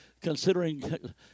considering